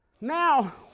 Now